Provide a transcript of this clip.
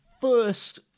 first